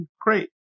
Great